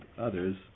others